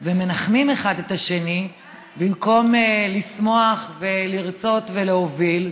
ומנחמים אחד את השני במקום לשמוח ולרצות ולהוביל.